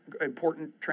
important